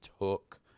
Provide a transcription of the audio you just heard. took